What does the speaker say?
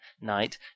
night